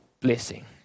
blessing